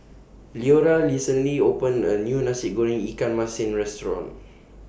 Leora recently opened A New Nasi Goreng Ikan Masin Restaurant